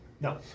No